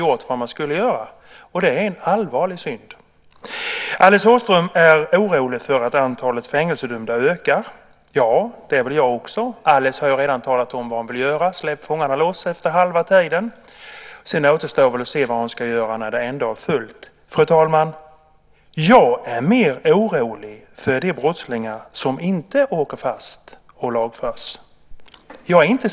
Ja, men om man inte gör någonting kommer det en ny generation snart igen som ska ha nya platser på missbrukshemmen och fängelserna. Vi måste alltså satsa väldigt hårt på att det inte kommer in nya i kriminalitet och att de som finns på anstalterna inte återfaller. Det är min poäng.